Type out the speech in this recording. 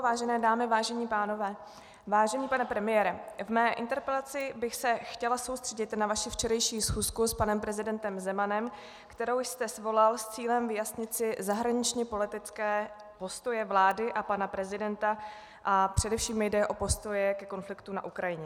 Vážené dámy, vážení pánové, vážený pane premiére, ve své interpelaci bych se chtěla soustředit na vaši včerejší schůzku s panem prezidentem Zemanem, kterou jste svolal s cílem vyjasnit si zahraničněpolitické postoje vlády a pana prezidenta, a především mi jde o postoje ke konfliktu na Ukrajině.